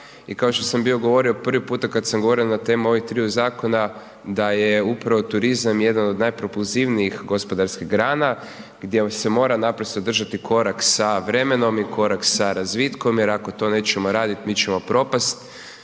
i kao što sam bio govorio prvi puta kad sam govorio na temu ovih triju zakona da je upravo turizam jedan od najpropulzivnijih gospodarskih grana gdje se mora naprosto držati korak sa vremenom i korak sa razvitkom jer ako to nećemo radit, mi ćemo propast,